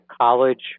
college